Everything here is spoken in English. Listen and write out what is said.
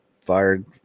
fired